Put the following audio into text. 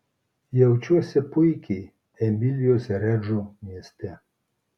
jaučiuosi puikiai emilijos redžo mieste